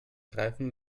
reifen